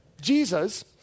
Jesus